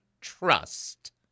trust